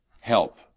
help